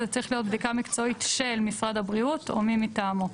וזה צריך להיות "בדיקה מקצועית של משרד הבריאות או מי מטעמו".